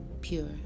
pure